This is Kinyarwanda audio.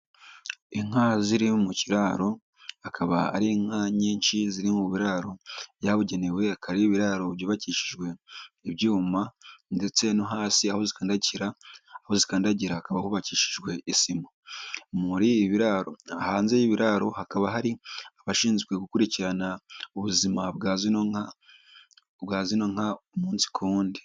Inka ziri mu kiraro, akaba ari inka nyinshi ziri mu biraro byabugenewe, akaba ari ibiraro byubakishijwe ibyuma ndetse no hasi aho zikandakira, aho zikandagira hakaba hubakishijwe isima. Muri biraro, hanze y'ibi biraro hakaba hari abashinzwe gukurikirana, ubuzima bwa zino nka umunsi ku wundi.